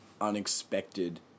unexpected